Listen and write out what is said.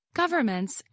governments